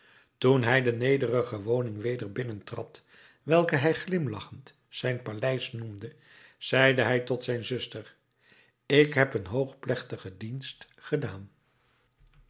toen hij de nederige woning weder binnentrad welke hij glimlachend zijn paleis noemde zeide hij tot zijn zuster ik heb een hoogplechtigen dienst gedaan